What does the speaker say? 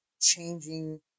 changing